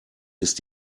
ist